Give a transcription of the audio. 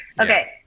Okay